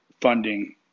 funding